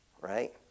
right